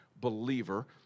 believer